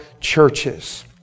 churches